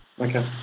Okay